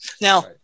Now